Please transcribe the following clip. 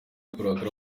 kurakara